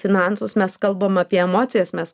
finansus mes kalbame apie emocijas mes